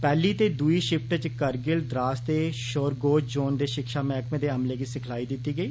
पैहली ते दुई शिफ्ट च करगिल द्रास ते शारगोल दे जोन शिक्षा मैहकमे दे अमले गी सिखलाई दिती गेई